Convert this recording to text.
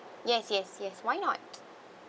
yes yes yes why not